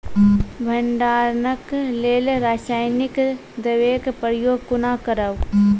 भंडारणक लेल रासायनिक दवेक प्रयोग कुना करव?